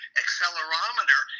accelerometer